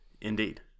indeed